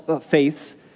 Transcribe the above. faiths